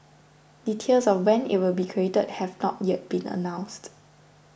details of when it will be created have not yet been announced